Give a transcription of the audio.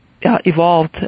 evolved